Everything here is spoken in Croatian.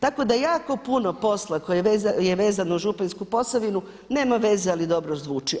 Tako da jako puno posla koji je vezan uz Županjsku Posavinu nema veze ali dobro zvuči.